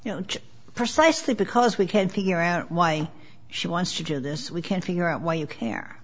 you know precisely because we can't figure out why she wants to do this we can't figure out why you care